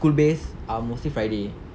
school-based are mostly friday